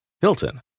Hilton